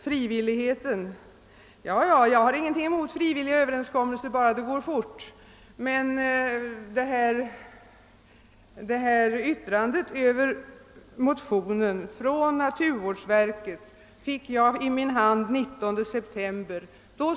Frivilliga överenskommelser har jag ingenting emot, bara det går fort. Naturvårdsverkets yttrande över motionerna fick jag i min hand den 19 september.